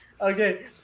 Okay